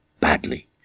badly